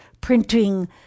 printing